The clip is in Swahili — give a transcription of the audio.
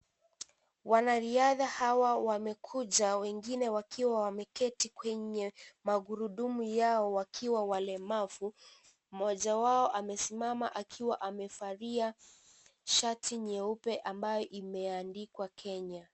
Wanariadha hawa wamekuja wengine wakiwa wameketi kwenye magurudumu yao wakiwa walemavu, mmoja wao amesimama akiwa amevalia shati nyeupe ambayo imeandikwa Kenya.